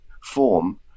form